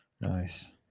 Nice